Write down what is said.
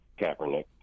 kaepernick